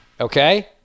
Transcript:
Okay